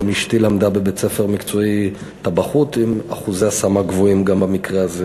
גם אשתי למדה טבחות בבית-ספר מקצועי עם אחוזי השמה גבוהים גם במקרה הזה.